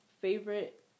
Favorite